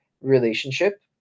relationship